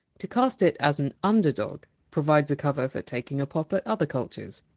to cast it as an underdog provides a cover for taking a pop at other cultures.